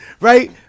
right